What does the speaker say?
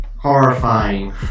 Horrifying